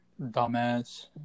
Dumbass